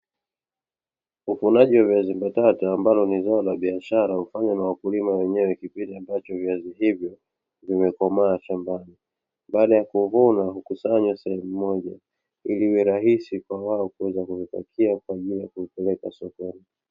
Uvunaji wa viazi mbatata, ambalo ni zao la biashara hufanywa na wakulima wenyewe kipindi ambacho viazi hivyo vimekomaa shamba baada ya kuvuna hukusanywa sehemu moja, ili iwe rahisi kwa wao kuweza kuvipakia kwa ajili ya kuvipeleka sokoni.